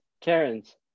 Karens